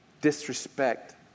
disrespect